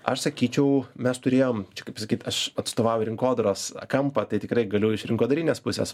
aš sakyčiau mes turėjom čia kaip sakyt aš atstovauju rinkodaros kampą tai tikrai galiu iš rinkodarinės pusės